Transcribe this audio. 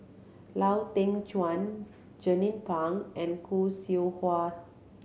Lau Teng Chuan Jernnine Pang and Khoo Seow Hwa